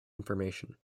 information